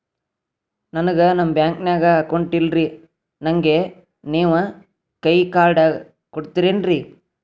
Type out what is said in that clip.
ನನ್ಗ ನಮ್ ಬ್ಯಾಂಕಿನ್ಯಾಗ ಅಕೌಂಟ್ ಇಲ್ರಿ, ನನ್ಗೆ ನೇವ್ ಕೈಯ ಕಾರ್ಡ್ ಕೊಡ್ತಿರೇನ್ರಿ?